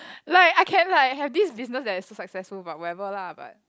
like I can like have this business that is so successful but whatever lah but